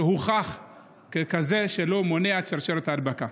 שהוכח ככזה שלא מונע את שרשרת ההדבקה.